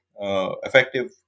effective